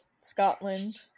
Scotland